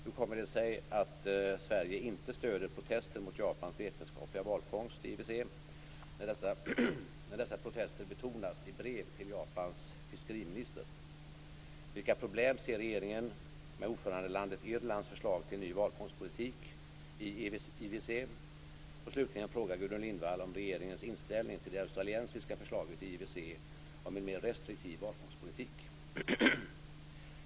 Hur kommer det sig att Sverige inte stöder protester mot Japans vetenskapliga valfångst i IWC, när dessa protester betonas i brev till Japans fiskeriminister? Slutligen frågar Gudrun Lindvall om regeringens inställning till det australiensiska förslaget i IWC om en mer restriktiv valfångstpolitik.